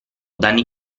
danni